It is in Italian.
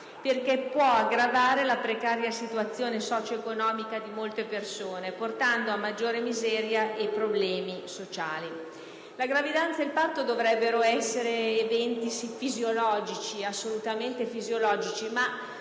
perché può aggravare la precaria situazione socio-economica di molte persone, portando a maggiore miseria e problemi sociali. La gravidanza e il parto dovrebbero essere eventi assolutamente fisiologici, ma